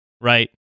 Right